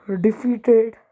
defeated